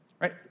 Right